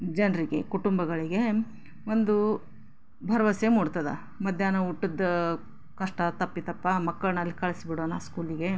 ಜನರಿಗೆ ಕುಟುಂಬಗಳಿಗೆ ಒಂದು ಭರವಸೆ ಮೂಡ್ತದೆ ಮಧ್ಯಾಹ್ನ ಊಟದ ಕಷ್ಟ ತಪ್ಪಿತಪ್ಪ ಮಕ್ಕಳನ್ನ ಅಲ್ಲಿ ಕಳಿಸ್ಬಿಡೋಣ ಸ್ಕೂಲಿಗೆ